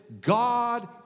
God